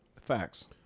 facts